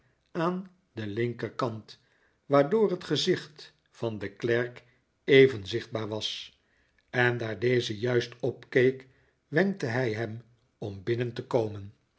aan den linkerkant waardoor het gezicht van den klerk even zichtbaar was en daar deze juist opkeek wenkte hij hem om binnen te komen